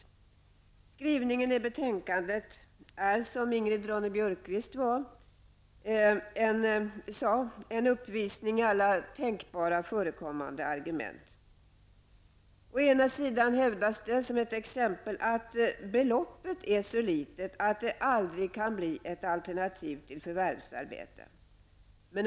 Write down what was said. Majoritetens skrivning i betänkandet är, som Ingrid Ronne Björkqvist sade, en uppvisning i alla tänkbara argument. Å ena sidan hävdas det -- jag säger det som ett exempel -- att beloppet är så litet att det aldrig kan bli ett alternativ till förvärvsarbete.